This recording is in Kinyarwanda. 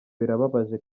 birababaje